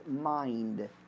mind